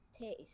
taste